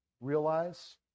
realize